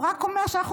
הוא רק אומר שאנחנו,